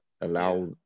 allow